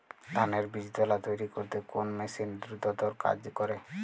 ধানের বীজতলা তৈরি করতে কোন মেশিন দ্রুততর কাজ করে?